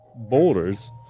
boulders